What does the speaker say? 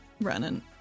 running